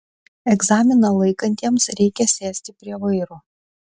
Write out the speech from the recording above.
egzaminą laikantiems reikia sėsti prie vairo